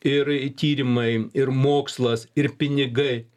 ir tyrimai ir mokslas ir pinigai